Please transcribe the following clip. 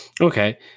Okay